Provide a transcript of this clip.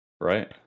Right